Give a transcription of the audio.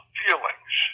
feelings